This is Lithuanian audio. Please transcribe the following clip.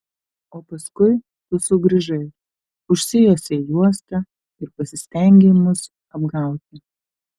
o paskui tu sugrįžai užsijuosei juostą ir pasistengei mus apgauti